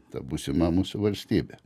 ta būsima mūsų valstybė